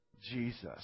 Jesus